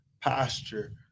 posture